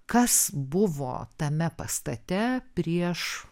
kas buvo tame pastate prieš